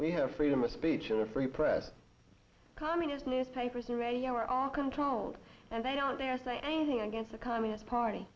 we have freedom of speech or free press communist newspapers and radio are all controlled and they don't dare say anything against a communist party